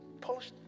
polish